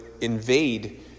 invade